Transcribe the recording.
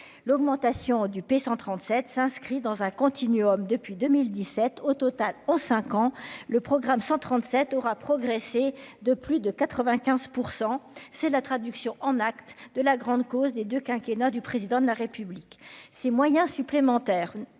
l'augmentation du p 137 s'inscrit dans un continuum depuis 2017 au total en 5 ans le programme 137 aura progressé de plus de 95 % c'est la traduction en acte de la grande cause des 2 quinquennat du président de la République, ces moyens supplémentaires